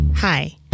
Hi